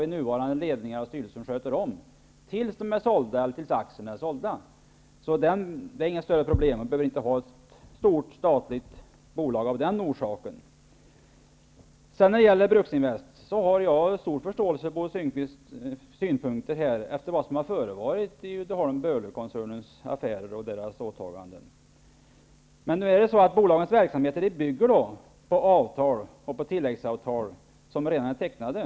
De nuvarande ledningarna och styrelserna skall sköta företagen tills aktierna har sålts. Detta är alltså inte något större problem, och man behöver av den orsaken inte ha något stort statligt bolag. När det gäller Bruksinvest har jag stor förståelse för Bo Finnkvists synpunkter efter vad som förekommit i Uddeholmskoncernen. Men nu är det ju så att företagens verksamheter bygger på avtal och på tilläggsavtal, som redan är tecknade.